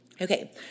Okay